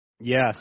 Yes